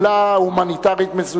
God bless all of you.